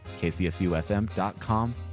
kcsufm.com